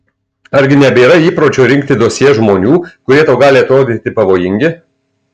argi nebėra įpročio rinkti dosjė žmonių kurie tau gali atrodyti pavojingi